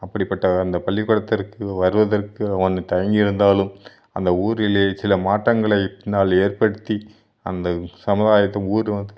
அப்படிப்பட்ட அந்த பள்ளிக்கூடத்திற்கு வருவதற்கு அவன் தயங்கியிருந்தாலும் அந்த ஊரில் சில மாற்றங்களை பின்னால் ஏற்படுத்தி அந்த சமுதாயத்தை ஊர்